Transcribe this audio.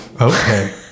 okay